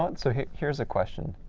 but so here's here's a question.